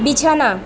বিছানা